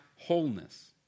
wholeness